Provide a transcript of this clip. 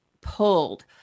pulled